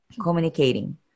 communicating